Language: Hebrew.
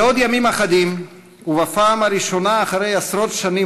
בעוד ימים אחדים ובפעם הראשונה אחרי עשרות שנים,